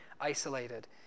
isolated